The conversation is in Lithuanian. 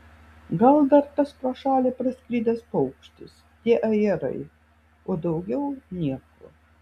gal dar tas pro šalį praskridęs paukštis tie ajerai o daugiau nieko